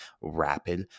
rapid